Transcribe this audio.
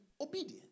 obedience